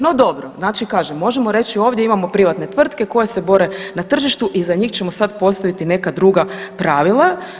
No dobro, znači kažem, možemo reći ovdje imamo privatne tvrtke koje se bore na tržištu i za njih ćemo sad postaviti neka druga pravila.